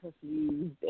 confused